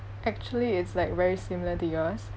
actually it's like very similar to yours